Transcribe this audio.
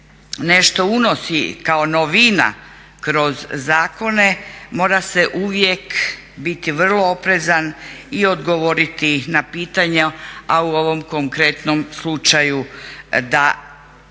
nešto unosi kao novina kroz zakone mora se uvijek biti vrlo oprezan i odgovoriti na pitanja a u ovom konkretnom slučaju da,